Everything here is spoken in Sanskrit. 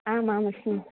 आम् आम् अस्मि